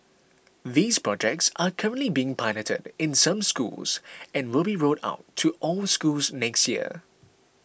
these projects are currently being piloted in some schools and will be rolled out to all schools next year